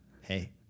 Hey